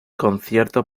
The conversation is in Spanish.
concierto